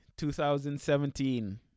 2017